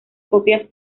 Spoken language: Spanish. copias